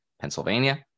Pennsylvania